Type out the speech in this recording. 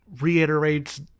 reiterates